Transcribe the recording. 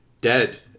Dead